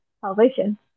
salvation